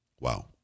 Wow